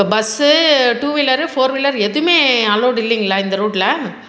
இப்போ bus two wheeler four wheeler எதுவுமே அல்லோடு இல்லைங்களா இந்த ரோட்டில்